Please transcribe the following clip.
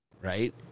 right